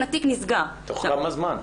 תוך כמה זמן?